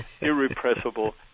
irrepressible